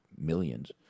millions